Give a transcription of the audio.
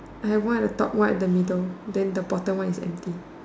I have one at the top one at the middle then the bottom one is empty